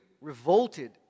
revolted